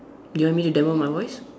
you want me to demo my voice